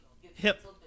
Hip